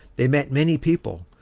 they met many people,